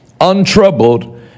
untroubled